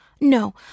No